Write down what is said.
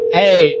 hey